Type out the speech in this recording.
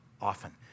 Often